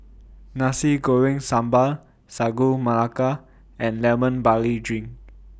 Nasi Goreng Sambal Sagu Melaka and Lemon Barley Drink